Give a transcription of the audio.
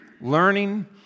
learning